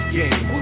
game